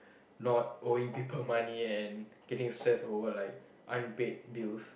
not owing people money and getting stress over like unpaid bills